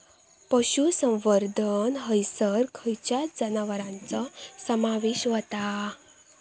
पशुसंवर्धन हैसर खैयच्या जनावरांचो समावेश व्हता?